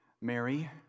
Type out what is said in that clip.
Mary